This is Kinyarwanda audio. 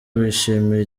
bishimira